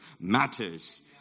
matters